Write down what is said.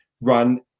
run